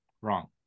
Wrong